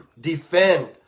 defend